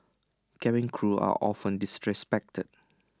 cabin crew are often disrespected